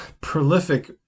prolific